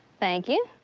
thank you.